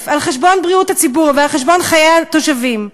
על חשבון בריאות הציבור ועל חשבון חיי התושבים.